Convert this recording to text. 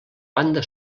banda